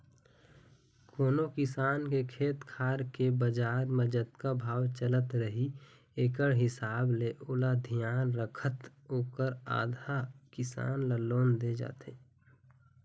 कोनो किसान के खेत खार के बजार म जतका भाव चलत रही एकड़ हिसाब ले ओला धियान रखत ओखर आधा, किसान ल लोन दे जाथे